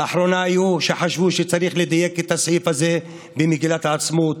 לאחרונה היו שחשבו שצריך לדייק את הסעיף הזה במגילת העצמאות,